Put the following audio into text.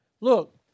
Look